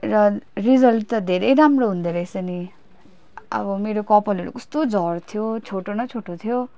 र रिजल्ट त धेरै राम्रो हुँदो रहेछ नि अब मेरो कपालहरू कस्तो झर्थ्यो छोटो न छोटो थियो